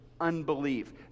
unbelief